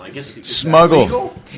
Smuggle